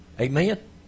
Amen